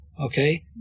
Okay